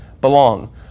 Belong